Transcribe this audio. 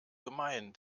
gemein